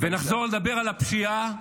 ונחזור לדבר על הפשיעה,